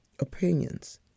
opinions